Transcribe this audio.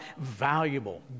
valuable